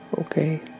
Okay